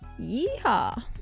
Yeehaw